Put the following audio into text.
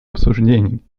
обсуждений